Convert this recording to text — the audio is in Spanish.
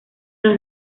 los